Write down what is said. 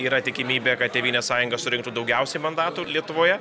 yra tikimybė kad tėvynės sąjunga surinktų daugiausiai mandatų lietuvoje